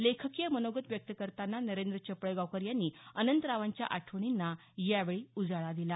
लेखकीय मनोगत व्यक्त करतांना नरेंद्र चपळगावकर यांनी अनंतरावांच्या आठवणींना यावेळी उजाळा दिला